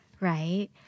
Right